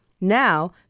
Now